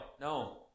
No